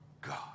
God